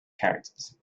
characters